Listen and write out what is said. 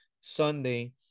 Sunday